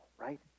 right